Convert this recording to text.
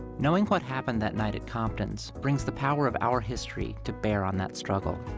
knowing what happened that night at compton's brings the power of our history to bear on that struggle.